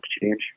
change